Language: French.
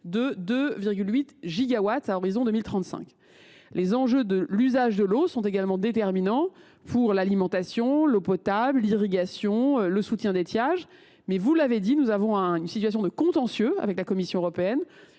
de 2,8 gigawatts à l’horizon 2035. Les enjeux de l’usage de l’eau seront également déterminants pour l’alimentation en eau potable, l’irrigation et le soutien d’étiage. Or, vous l’avez dit, nous nous trouvons dans une situation de contentieux avec la Commission européenne